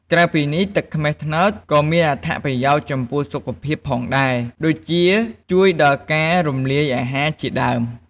ក្រៅពីនេះ ទឹកខ្មេះត្នោតក៏មានអត្ថប្រយោជន៍ចំពោះសុខភាពផងដែរ ដូចជាជួយដល់ការរំលាយអាហារជាដើម។